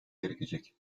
gerekecek